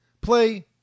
play